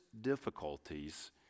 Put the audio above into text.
difficulties